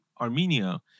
Armenia